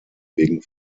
wegen